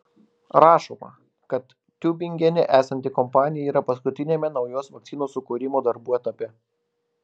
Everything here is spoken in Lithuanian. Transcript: rašoma kad tiubingene esanti kompanija yra paskutiniame naujos vakcinos sukūrimo darbų etape